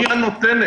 היא הנותנת,